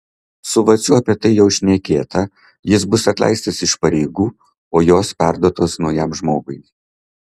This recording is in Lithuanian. su vaciu apie tai jau šnekėta jis bus atleistas iš pareigų o jos perduotos naujam žmogui